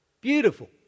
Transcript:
Beautiful